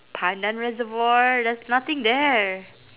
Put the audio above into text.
pandan reservoir there's nothing there